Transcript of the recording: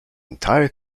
entire